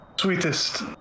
sweetest